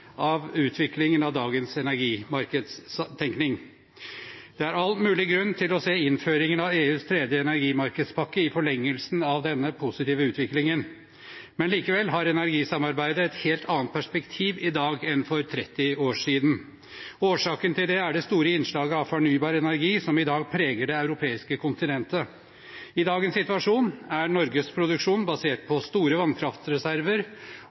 av utviklingen av dagens energimarkedstenkning. Det er all mulig grunn til å se innføringen av EUs tredje energimarkedspakke i forlengelsen av denne positive utviklingen, men likevel har energisamarbeidet et helt annet perspektiv i dag enn for 30 år siden. Årsaken til det er det store innslaget av fornybar energi som i dag preger det europeiske kontinentet. I dagens situasjon er Norges produksjon basert på store vannkraftreserver